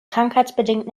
krankheitsbedingt